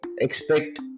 expect